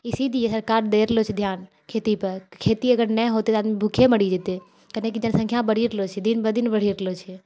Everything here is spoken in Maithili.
इसिलिए सरकार देइ रहलो छै ध्यान खेती पर खेती अगर नहि होते तऽ आदमी भुखे मरि जेतै किआकि जनसङख्या बढ़ि रहलो छै दिन ब दिन बढ़ि रहलो छै